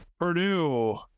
Purdue